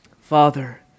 Father